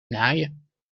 naaien